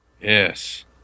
Yes